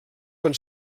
van